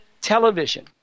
television